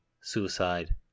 suicide